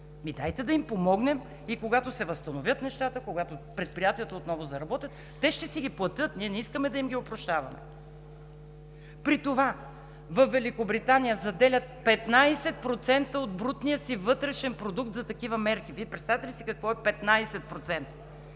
дайте да им помогнем и когато се възстановят нещата, когато предприятията отново заработят, те ще си ги платят, ние не искаме да им ги опрощаваме, при това във Великобритания заделят 15% от брутния си вътрешен продукт за такива мерки. Вие представяте ли си какво са 15%?